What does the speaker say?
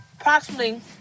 approximately